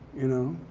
you know?